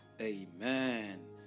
amen